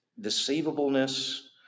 Deceivableness